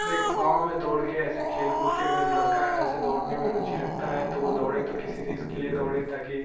देख वो गाँव में दौड़ के ऐसे खेल कूद के अगर जो लड़का ऐसे दौड़ने में रुचि रखता है तो वो दौड़े तो किसी चीज़ के लिए दौड़े ताकी